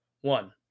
one